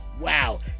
Wow